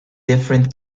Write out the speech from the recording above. different